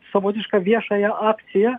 savotišką viešąją akciją